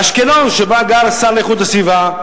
באשקלון, שבה גר השר להגנת הסביבה,